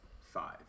Five